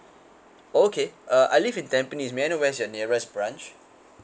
okay uh I live in tampines may I know where's your nearest branch